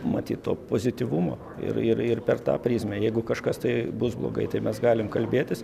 matyt to pozityvumo ir ir ir per tą prizmę jeigu kažkas tai bus blogai tai mes galim kalbėtis